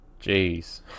Jeez